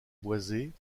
boisées